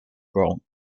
grown